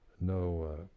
no